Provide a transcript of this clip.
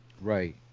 right